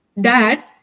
Dad